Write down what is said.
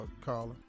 Carla